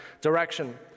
direction